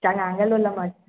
ꯆꯉꯥꯡꯒ ꯂꯣꯜꯂꯝꯃꯒꯦ